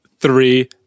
three